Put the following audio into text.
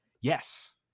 Yes